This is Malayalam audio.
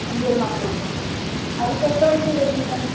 രണ്ട് പേർ മക്കളുണ്ട് അവർക്ക് എത്ര വയസ്സ് വരുവായിരിക്കും മാം